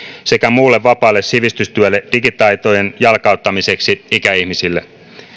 sekä muulle vapaalle sivistystyölle digitaitojen jalkauttamiseksi ikäihmisille